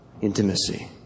Intimacy